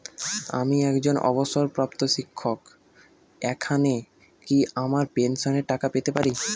আমি একজন অবসরপ্রাপ্ত শিক্ষক এখানে কি আমার পেনশনের টাকা পেতে পারি?